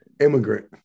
immigrant